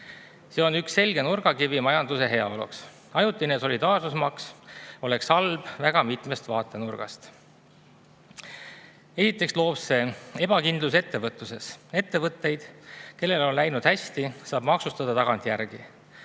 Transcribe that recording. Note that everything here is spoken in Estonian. See on üks selge nurgakivi majanduse heaoluks. Ajutine solidaarsusmaks oleks halb väga mitmest vaatenurgast. Esiteks looks see ebakindlust ettevõtluses. [See tähendaks, et] ettevõtteid, kellel on läinud hästi, saab maksustada tagantjärgi.